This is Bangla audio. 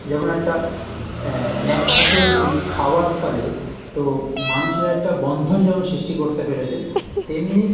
যেমন একটা একসাথে এই খাবার ফলে তো মানুষের একটা বন্ধন যেমন সৃষ্টি করতে পেরেছে তেমনি